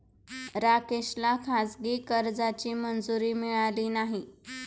राकेशला खाजगी कर्जाची मंजुरी मिळाली नाही